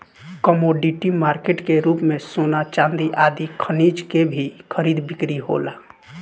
commodity market के रूप में सोना चांदी आदि खनिज के भी खरीद बिक्री होला